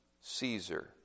Caesar